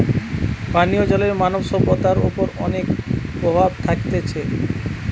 পানীয় জলের মানব সভ্যতার ওপর অনেক প্রভাব থাকতিছে